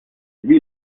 lui